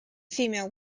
female